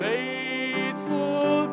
Faithful